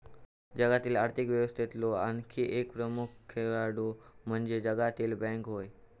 जागतिक आर्थिक व्यवस्थेतलो आणखी एक प्रमुख खेळाडू म्हणजे जागतिक बँक होय